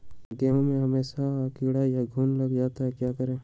गेंहू में हमेसा कीड़ा या घुन लग जाता है क्या करें?